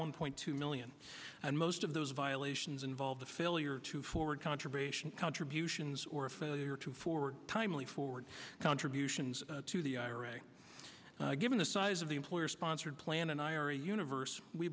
one point two million and most of those violations involve the failure to forward contribution contributions or failure to forward timely forward contributions to the ira given the size of the employer sponsored plan and ira universe we